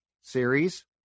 series